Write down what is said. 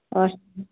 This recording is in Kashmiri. اَچھا